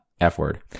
f-word